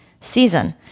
season